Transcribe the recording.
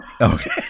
Okay